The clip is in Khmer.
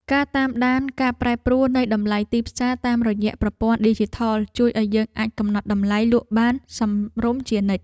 ការតាមដានការប្រែប្រួលនៃតម្លៃទីផ្សារតាមរយៈប្រព័ន្ធឌីជីថលជួយឱ្យយើងអាចកំណត់តម្លៃលក់បានសមរម្យជានិច្ច។